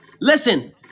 Listen